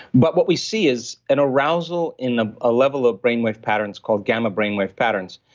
but what we see is an arousal in ah a level of brainwave patterns called gamma brainwave patterns,